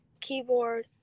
keyboard